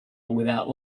without